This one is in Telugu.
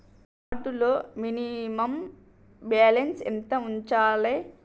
కార్డ్ లో మినిమమ్ బ్యాలెన్స్ ఎంత ఉంచాలే?